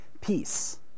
Peace